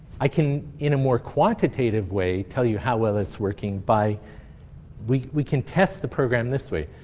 i can, in a more quantitative way, tell you how well it's working by we we can test the program this way.